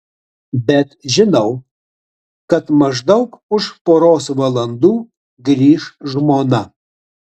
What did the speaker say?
bet žinau kad maždaug už poros valandų grįš žmona